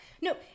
No